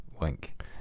link